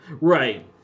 Right